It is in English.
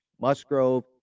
Musgrove